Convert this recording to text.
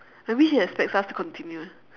maybe she expects us to continue